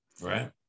right